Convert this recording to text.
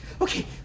okay